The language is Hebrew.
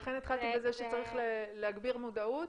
לכן התחלתי בזה שצריך להגביר מודעות.